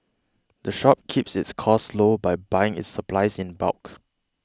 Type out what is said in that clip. the shop keeps its costs low by buying its supplies in bulk